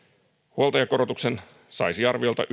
huoltajakorotuksen saisi arviolta